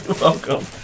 welcome